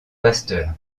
pasteur